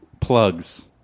plugs